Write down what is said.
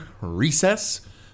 recess